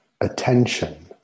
attention